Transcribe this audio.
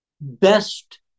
best